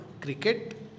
cricket